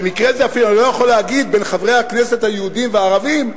במקרה זה אני אפילו לא יכול להגיד בין חברי הכנסת היהודים לערבים,